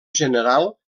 general